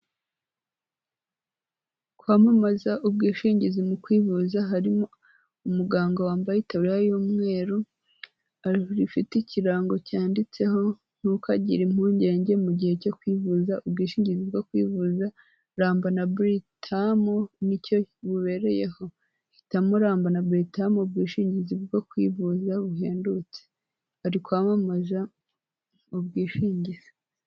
Kwamamaza ubwishingizi mu kwivuza, harimo umuganga wambaye itaburiya y'umweru, ufite ikirango cyanditseho "ntukagire impungenge mu gihe cyo kwivuza, ubwishingizi bwo kwivuza ramba na Buritamu ni cyo bubereyeho." Hitamo ramba na Buritamu, ubwishingizi bwo kwivuza buhendutse. Bari kwamamaza ubwishingizi.